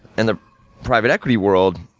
and the private equity world,